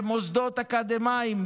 ומוסדות אקדמאיים,